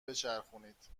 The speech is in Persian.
بچرخونید